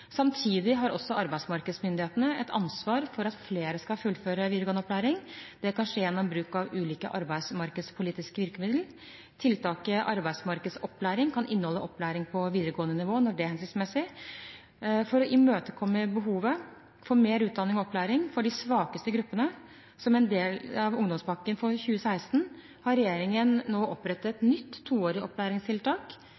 Samtidig har også arbeidsmarkedsmyndighetene et ansvar for at flere skal fullføre videregående opplæring. Det kan skje gjennom bruk av ulike arbeidsmarkedspolitiske virkemidler. Tiltaket Arbeidsmarkedsopplæring kan inneholde opplæring på videregående nivå når det er hensiktsmessig. For å imøtekomme behovet for mer utdanning og opplæring for de svakeste gruppene, som en del av ungdomspakken for 2016, har regjeringen nå